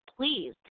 please